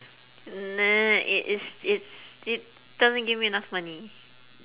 nah it it's it's it doesn't give me enough money